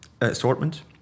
assortment